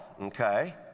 okay